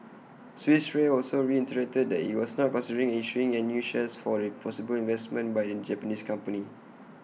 Swiss re also reiterated that IT was not considering issuing and new shares for the possible investment by the Japanese company